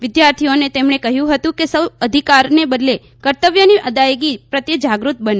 વિદ્યાર્થીઓને તેમણે કહ્યું હતું કે સૌ અધિકાર ને બદલે કર્તવ્યની અદાયગી પ્રત્યે જાગૃત બને